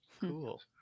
Cool